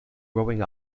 growing